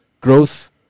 growth